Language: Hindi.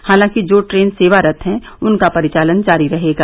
हालांकि जो ट्रेन सेवारत हैं उनका परिचालन जारी रहेगा